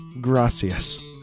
Gracias